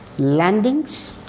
landings